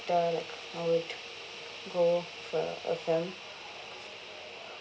like I would go for a film